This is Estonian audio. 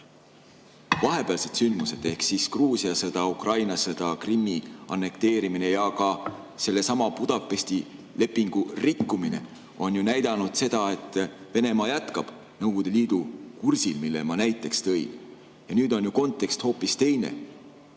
Vahepealsed sündmused ehk Gruusia sõda, Ukraina sõda, Krimmi annekteerimine ja ka sellesama Budapesti lepingu rikkumine on näidanud seda, et Venemaa jätkab Nõukogude Liidu kursil, mille ma näiteks tõin. Ja nüüd on ju kontekst hoopis teine.